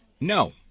No